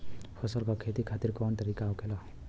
फसल का खेती खातिर कवन तरीका होखेला?